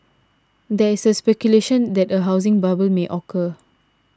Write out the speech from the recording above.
there is speculation that a housing bubble may occur